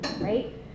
right